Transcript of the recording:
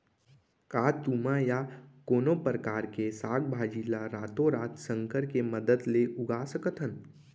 का तुमा या कोनो परकार के साग भाजी ला रातोरात संकर के मदद ले उगा सकथन?